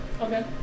Okay